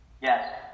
Yes